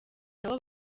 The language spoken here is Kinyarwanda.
nabo